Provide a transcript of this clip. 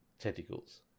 tentacles